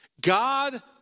God